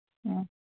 ꯑꯣ